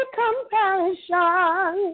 compassion